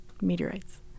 meteorites